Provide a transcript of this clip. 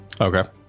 okay